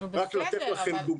רק לתת להם דוגמה.